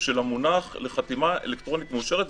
של המונח ל"חתימה אלקטרונית מאושרת".